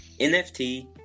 NFT